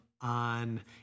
on